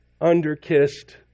underkissed